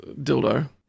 dildo